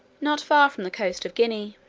not far from the coast of guinea.